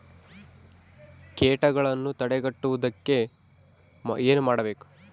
ಕೇಟಗಳನ್ನು ತಡೆಗಟ್ಟುವುದಕ್ಕೆ ಏನು ಮಾಡಬೇಕು?